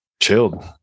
chilled